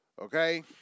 Okay